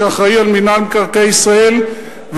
שאחראי למינהל מקרקעי ישראל,